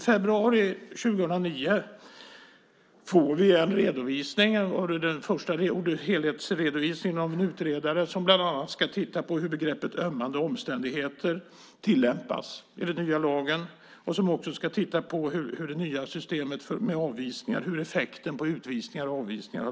År 2009 får vi den första helhetsredovisningen av en utredare som bland annat ska titta på hur begreppet ömmande omständigheter i den nya lagen tillämpas. Utredaren ska också titta på hur effekterna av bestämmelserna blivit med det nya systemet med utvisningar och avvisningar.